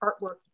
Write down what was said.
artwork